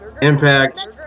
Impact